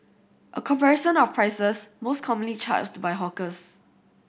a comparison of prices most commonly charged by hawkers